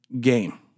game